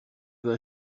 veux